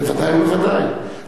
בוודאי ובוודאי.